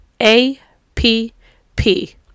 A-P-P